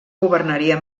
governaria